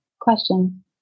question